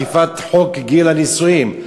אכיפת חוק גיל הנישואין,